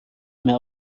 mehr